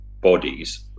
bodies